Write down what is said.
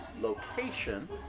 location